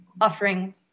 offering